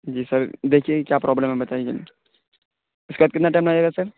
جی sir دیکھیے کہ کیا پروبلم ہے بتائیے جلدی اس کے بعد کتنا ٹائم لگے گا سر